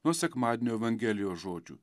nuo sekmadienio evangelijos žodžių